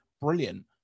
brilliant